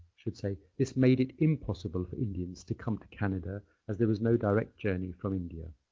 should say, this made it impossible for indians to come to canada as there was no direct journey from india.